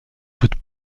toute